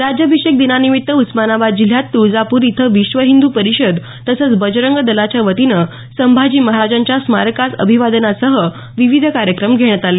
राज्याभिषेक दिनानिमित्त उस्मानाबाद जिल्ह्यात तुळजापूर इथं विश्व हिंदू परिषद तसंच बजरंग दलाच्या वतीनं संभाजी महाराजांच्या स्मारकास अभिवादनासह विविध कार्यक्रम घेण्यात आले